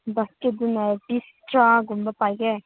ꯕꯥꯁꯀꯦꯠꯇꯨꯅ ꯄꯤꯁ ꯇꯔꯥꯒꯨꯝꯕ ꯄꯥꯏꯒꯦ